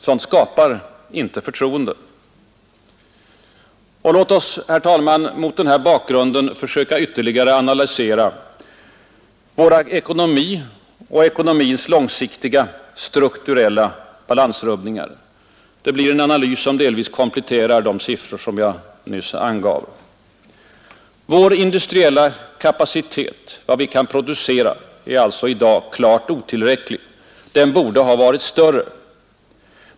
Sådant skapar inte förtroende. Herr talman! Låt oss mot den bakgrunden försöka ytterligare analysera vår ekonomi och dess långsiktiga ”strukturella” balansrubbningar. Det blir en analys som delvis kompletterar de siffror jag nyss angav. Vår industriella kapacitet — vad vi kan producera — är alltså i dag klart otillräcklig. Den borde ha varit större.